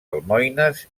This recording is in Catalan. almoines